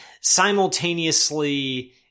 simultaneously